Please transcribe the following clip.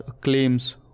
claims